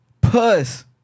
Puss